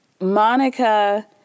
Monica